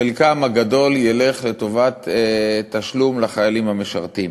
שחלקם הגדול ילך לתשלום לחיילים המשרתים.